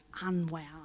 unwound